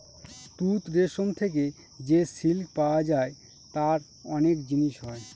তুত রেশম থেকে যে সিল্ক পাওয়া যায় তার অনেক জিনিস হয়